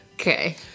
Okay